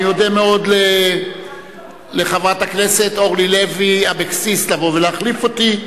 אני אודה מאוד לחברת הכנסת אורלי לוי אבקסיס שתבוא להחליף אותי.